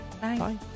Bye